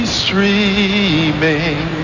streaming